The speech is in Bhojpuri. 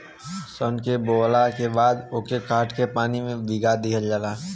सन के बोवला के बाद ओके काट के पानी में भीगा दिहल जाला